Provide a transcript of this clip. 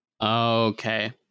Okay